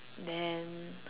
then